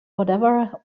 whatever